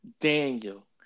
Daniel